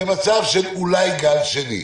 כשאנחנו נמצאים היום במצב של אולי גל שני.